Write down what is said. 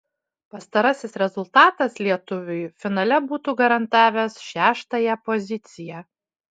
pastarasis rezultatas lietuviui finale būtų garantavęs šeštąją poziciją